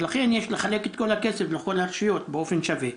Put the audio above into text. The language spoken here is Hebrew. לכן, יש לחלק את הכסף לרשויות באופן שווה.